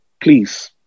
please